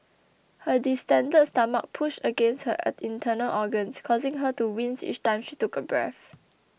her distended stomach pushed against her internal organs causing her to wince each time she took a breath